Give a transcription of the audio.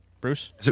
Bruce